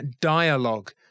dialogue